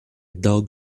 dog